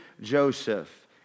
Joseph